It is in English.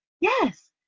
Yes